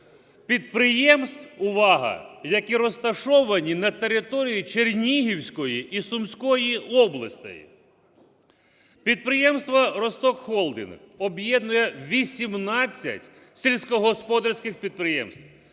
підприємств - увага! - які розташовані на території Чернігівської і Сумської областей. Підприємство "Росток-Холдинг" об'єднує 18 сільськогосподарських підприємств,